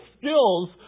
skills